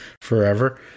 forever